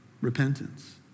repentance